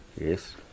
Yes